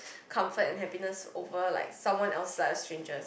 comfort and happiness over like someone else's like a stranger's